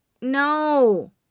No